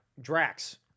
Drax